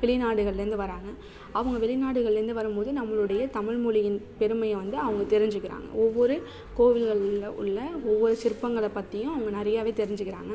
வெளிநாடுகளிலேருந்து வராங்க அவங்க வெளிநாடுகளிலேருந்து வரும்போது நம்மளுடைய தமிழ் மொழியின் பெருமையை வந்து அவங்க தெரிஞ்சுக்கிறாங்க ஒவ்வொரு கோவில்களில் உள்ள ஒவ்வொரு சிற்பங்களை பற்றியும் அவங்க நிறையவே தெரிஞ்சிகிறாங்க